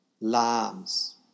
lambs